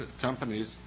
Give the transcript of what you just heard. companies